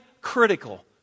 critical